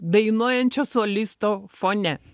dainuojančio solisto fone